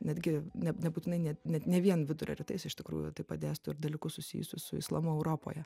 netgi ne nebūtinai net ne vien vidurio rytais iš tikrųjų taip pat dėstau ir dalykus susijusius su islamu europoje